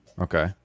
Okay